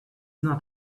not